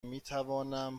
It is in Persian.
میتوانم